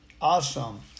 awesome